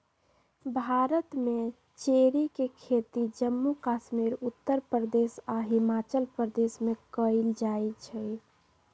भारत में चेरी के खेती जम्मू कश्मीर उत्तर प्रदेश आ हिमाचल प्रदेश में कएल जाई छई